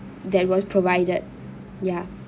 that was provided ya